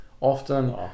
Often